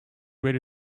ready